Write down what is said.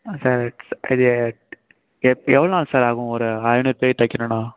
ஆ sir இது எவ்வளோ நாள் சார் ஆகும் ஒரு ஐநூறு பேர் தைக்கணும்னா